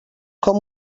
com